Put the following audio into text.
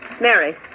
Mary